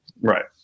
Right